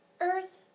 earth